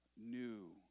new